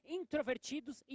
introvertidos